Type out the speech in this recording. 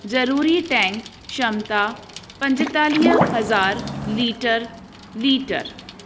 ज़रूरी टैंक क्षमता पंजतालीह हज़ार लीटर लीटर